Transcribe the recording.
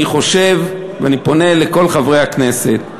אני חושב ואני פונה לכל חברי הכנסת,